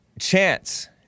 Chance